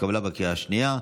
התקבלה בקריאה שנייה.